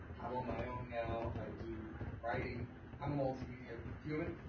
i'm on my own now. i do writing. i'm a multimedia human.